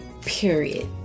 period